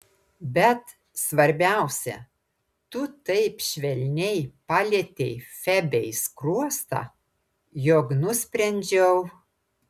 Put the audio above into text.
bet svarbiausia tu taip švelniai palietei febei skruostą jog nusprendžiau